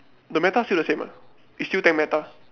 the meta still the same ah is still ten meta